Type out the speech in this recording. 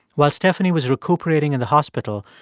while stephanie was recuperating in the hospital,